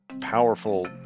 powerful